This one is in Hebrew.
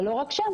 אבל לא רק שם